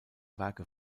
werke